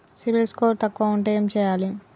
CIBIL score తక్కువ ఉంటే ఏం చేయాలి?